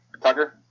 tucker